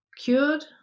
cured